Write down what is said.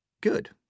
good